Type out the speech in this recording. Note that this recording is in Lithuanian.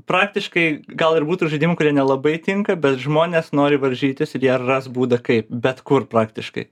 praktiškai gal ir būtų žaidimų kurie nelabai tinka bet žmonės nori varžytis ir jie ras būdą kaip bet kur praktiškai